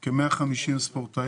יש כ-150 ספורטאים